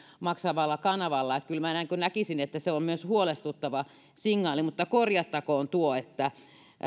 maksamalla kanavalla niin kyllä minä näkisin että se on myös huolestuttava signaali mutta korjattakoon tuo että